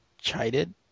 Chided